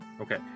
Okay